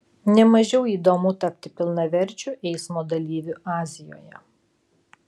ne mažiau įdomu tapti pilnaverčiu eismo dalyviu azijoje